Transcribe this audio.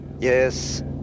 Yes